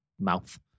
mouth